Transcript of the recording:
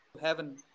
heaven